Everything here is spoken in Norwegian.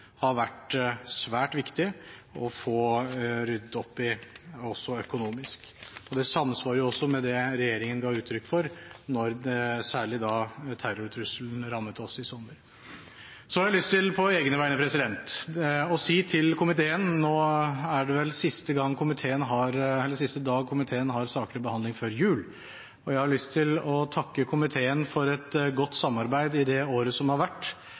har vært svært viktig å få ryddet opp i også økonomisk. Det samsvarer også med det regjeringen ga uttrykk for, særlig da terrortrusselen rammet oss i sommer. Så har jeg på egne vegne lyst til å takke komiteen – nå er det vel siste dag komiteen har saker til behandling før jul – for et godt samarbeid i det året som har vært. Jeg har lyst til å ønske hver enkelt av dere en riktig god jul. Jeg gleder meg til et godt